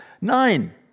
Nine